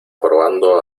probando